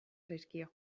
zaizkio